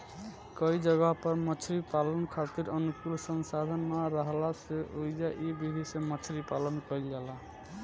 कई जगह पर मछरी पालन खातिर अनुकूल संसाधन ना राहला से ओइजा इ विधि से मछरी पालन कईल जाला